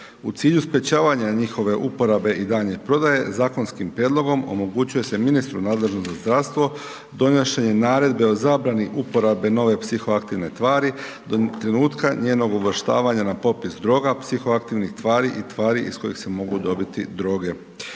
U cilju sprječavanja njihove uporabe i daljnje prodaje, zakonskim prijedlogom, omogućuje se ministru nadležnom za zdravstvo, donošenje naredbe o zabrani uporabe nove psihoaktivne tvari, do trenutka njenog uvrštavanja na popis droga, psihoaktivnih tvari i tvari iz kojih se mogu dobiti droge.